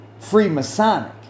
Freemasonic